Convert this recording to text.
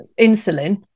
insulin